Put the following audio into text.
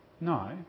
no